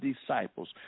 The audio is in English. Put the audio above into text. disciples